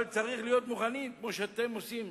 אבל צריך להיות מוכנים, כמו שאתם עושים.